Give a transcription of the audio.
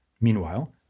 Meanwhile